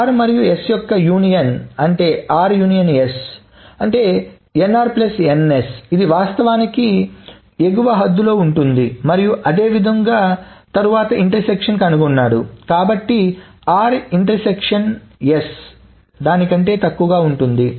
R మరియు s యొక్క union అంటే ఇది వాస్తవానికి ఎగువ హద్దులు లో ఉంటుంది మరియు అదే విధముగా తరువాత ఇంటర్సెక్షన్ కనుగొన్నాడు కాబట్టి యొక్క ఇంటర్సెక్షన్ దాని కంటే తక్కువగా ఉంటుంది